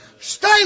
Stay